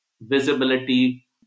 visibility